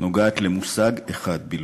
נוגעת למושג אחד בלבד: